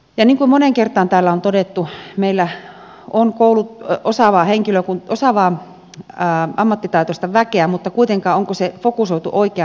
niin kuin moneen kertaan täällä on todettu meillä on osaavaa ammattitaitoista väkeä mutta onko se kuitenkaan fokusoitu oikeaan asiaan